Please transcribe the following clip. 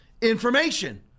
information